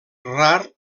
rar